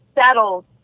settled